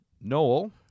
Noel